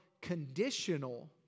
conditional